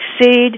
Succeed